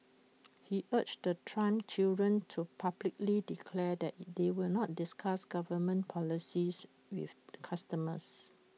he urged the Trump children to publicly declare that they will not discuss government policies with customers